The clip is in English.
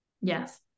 yes